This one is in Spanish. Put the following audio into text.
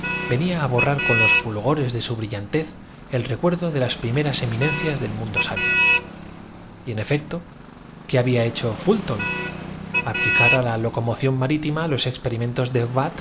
venía á borrar con canícula dos ríos humanos se desbordaban por las los fulgores de su brillantez el recuerdo de las prime aceras de las calles pues exceptuando los vehícu ras eminencias del mundo sabio y en efecto qué los de propiedad parís con sus catorce mil carrua había hecho lulton aplicar á la locomoción marítima los experimentos de